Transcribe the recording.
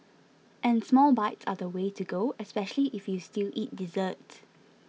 and small bites are the way to go especially if you still eat dessert